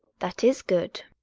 that is good.